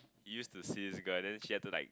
he used to see this girl and then she had to like